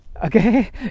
Okay